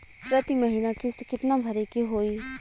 प्रति महीना किस्त कितना भरे के होई?